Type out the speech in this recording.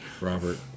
Robert